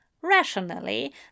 rationally